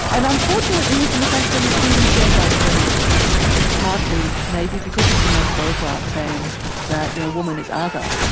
and unfortunately it's an assumption that was even shared by the feminists partly maybe because of simone de beauvoir saying that woman is other.